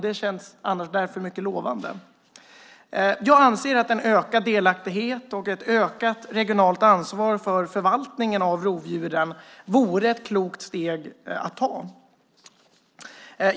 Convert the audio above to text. Det känns därför mycket lovande. Jag anser att en ökad delaktighet och ett ökat regionalt ansvar för förvaltningen av rovdjuren vore ett klokt steg att ta.